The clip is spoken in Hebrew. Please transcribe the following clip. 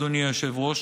אדוני היושב-ראש,